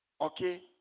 okay